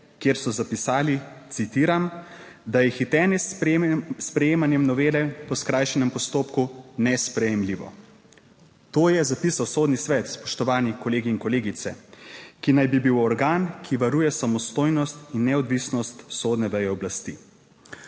kjer so zapisali, citiram: "da je hitenje s sprejemanjem novele po skrajšanem postopku nesprejemljivo". To je zapisal Sodni svet, spoštovani kolegi in kolegice, ki naj bi bil organ, ki varuje samostojnost in neodvisnost sodne veje oblasti.